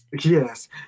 Yes